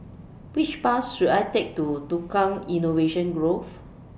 Which Bus should I Take to Tukang Innovation Grove